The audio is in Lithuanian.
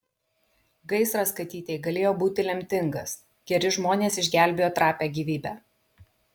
gaisras katytei galėjo būti lemtingas geri žmonės išgelbėjo trapią gyvybę